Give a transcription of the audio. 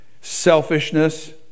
Selfishness